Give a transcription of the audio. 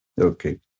Okay